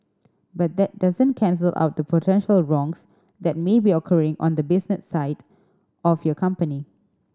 but that doesn't cancel out the potential wrongs that may be occurring on the business side of your company